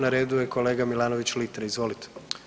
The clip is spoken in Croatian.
Na redu je kolega Milanović Litre, izvolite.